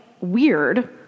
weird